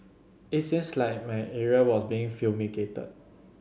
it seems like my area was being fumigated